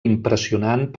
impressionant